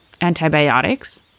antibiotics